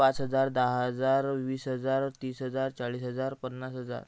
पाच हजार दहा हजार वीस हजार तीस हजार चाळीस हजार पन्नास हजार